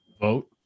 Vote